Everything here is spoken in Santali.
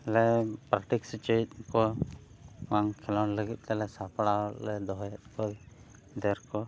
ᱟᱞᱮ ᱯᱨᱮᱠᱴᱤᱥ ᱦᱚᱪᱚᱭᱮᱫ ᱠᱚᱣᱟ ᱵᱚᱞ ᱠᱷᱮᱞᱳᱰ ᱞᱟᱹᱜᱤᱫ ᱛᱮᱞᱮ ᱥᱟᱯᱲᱟᱣ ᱨᱮᱞᱮ ᱫᱚᱦᱚᱭᱮᱫ ᱠᱚᱣᱟ ᱜᱤᱫᱟᱹᱨ ᱠᱚ